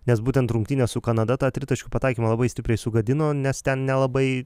nes būtent rungtynės su kanada tą tritaškių pataikymą labai stipriai sugadino nes ten nelabai